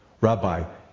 Rabbi